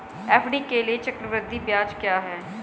FD के लिए चक्रवृद्धि ब्याज क्या है?